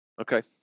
Okay